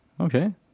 Okay